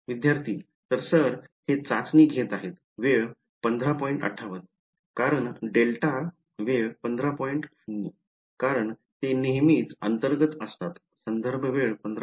विद्यार्थी तर सर हे चाचणी घेत आहेत वेळ पहा 1558 कारण डेल्टा वेळ पहा 1500 कारण ते नेहमीच अंतर्गत असतात संदर्भ वेळ 1501